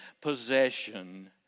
possession